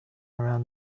around